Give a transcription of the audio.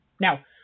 now